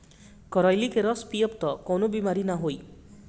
करइली के रस पीयब तअ कवनो बेमारी नाइ होई